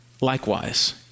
likewise